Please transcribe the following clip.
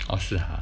oh 是 ah